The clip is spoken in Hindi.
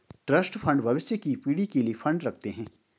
ट्रस्ट फंड भविष्य की पीढ़ी के लिए फंड रखते हैं